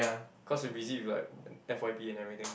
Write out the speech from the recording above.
cause we busy with like F_Y_P and everything